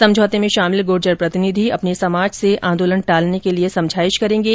समझौते में शामिल गूर्जर प्रतिनिधि अपने समाज से आंदोलन टालने के लिए समझाइश करेंगे